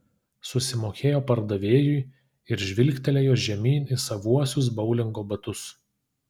susimokėjo pardavėjui ir žvilgtelėjo žemyn į savuosius boulingo batus